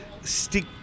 stick